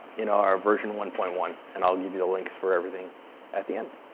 in our version one point one. and i'll give you the links for everything at the end.